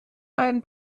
einen